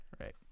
Right